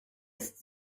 ist